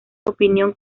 opinión